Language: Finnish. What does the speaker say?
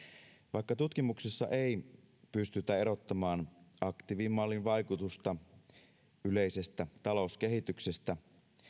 vaikka tutkimuksissa ei pystytä erottamaan aktiivimallin vaikutusta yleisestä talouskehityksestä